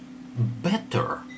better